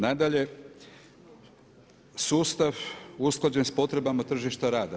Nadalje, sustav usklađen s potrebama tržišta rada.